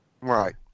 Right